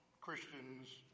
Christians